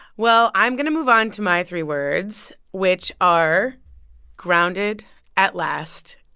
well, i'm going to move on to my three words, which are grounded at last.